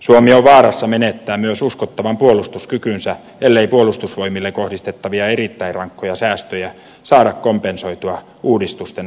suomi on vaarassa menettää myös uskottavan puolustuskykynsä ellei puolustusvoimiin kohdistettavia erittäin rankkoja säästöjä saada kompensoitua uudistusten avulla